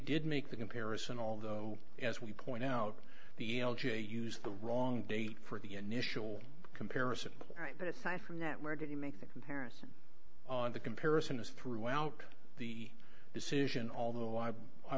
did make the comparison although as we point out the l g a used the wrong date for the initial comparison but aside from that where did you make the comparison on the comparison is throughout the decision although i i